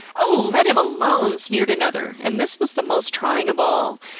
oh, let him alone, sneered another, and this was the most trying of all,